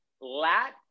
lat